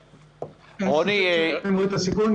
מצד אחד אני מוריד את הסיכון,